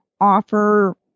offer